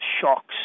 shocks